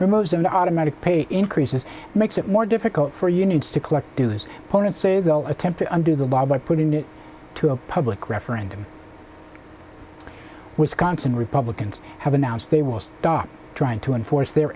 their most of the automatic pay increases makes it more difficult for you needs to collect dues opponents attempt to undo the law by putting it to a public referendum wisconsin republicans have announced they will stop trying to enforce their